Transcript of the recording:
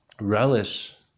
relish